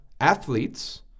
athletes